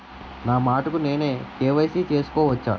నా మటుకు నేనే కే.వై.సీ చేసుకోవచ్చా?